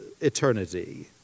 eternity